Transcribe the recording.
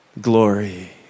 glory